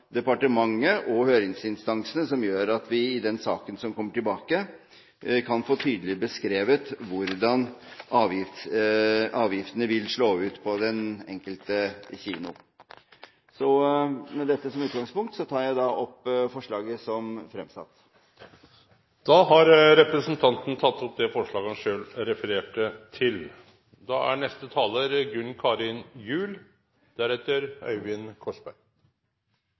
departementet og høringsinstansene som gjør at vi i den saken som kommer tilbake, kan få tydelig beskrevet hvordan avgiftene vil slå ut på den enkelte kino. Med dette som utgangspunkt tar jeg opp forslaget som er fremsatt. Representanten Olemic Thommessen har teke opp det forslaget han refererte til.